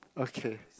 okay